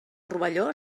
rovelló